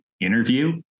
interview